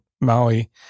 Maui